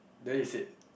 then he sit